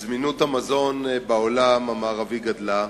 וזמינות המזון בעולם המערבי גדלה.